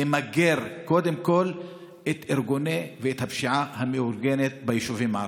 למגר קודם כול את הארגונים ואת הפשיעה המאורגנת ביישובים הערביים,